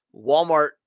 Walmart